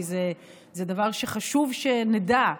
כי זה דבר שחשוב שנדע.